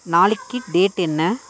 நாளைக்கி டேட் என்ன